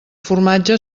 formatge